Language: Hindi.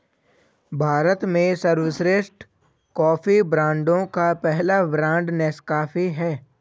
भारत में सर्वश्रेष्ठ कॉफी ब्रांडों का पहला ब्रांड नेस्काफे है